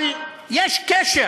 אבל יש קשר